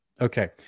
Okay